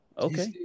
Okay